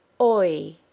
Oi